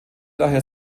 daher